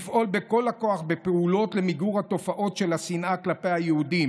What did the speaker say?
לפעול בכל הכוח בפעולות למיגור התופעות של השנאה כלפי היהודים.